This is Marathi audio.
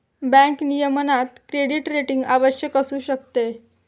बँक नियमनात क्रेडिट रेटिंग आवश्यक असू शकते